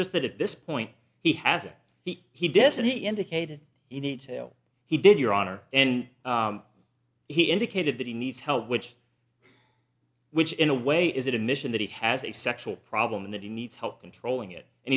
just that at this point he hasn't he he doesn't he indicated he needs help he did your honor and he indicated that he needs help which which in a way is it a mission that he has a sexual problem and that he needs help controlling it and